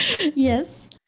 Yes